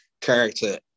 character